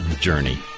journey